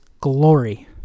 glory